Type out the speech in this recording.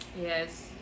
Yes